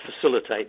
facilitate